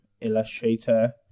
illustrator